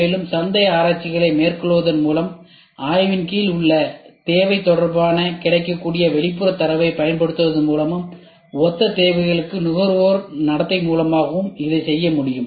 மேலும் சந்தை ஆராய்ச்சிகளை மேற்கொள்வதன் மூலமும் ஆய்வின் கீழ் உள்ள தேவை தொடர்பான கிடைக்கக்கூடிய வெளிப்புறத் தரவைப் பயன்படுத்துவதன் மூலமும் ஒத்த தேவைகளுக்கு நுகர்வோர் நடத்தை மூலமாகவும் இதைச் செய்ய முடியும்